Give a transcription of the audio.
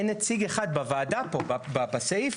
אין נציג אחד בוועדה פה, בסעיף,